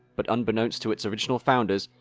but unbeknownst to its original founders,